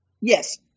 Yes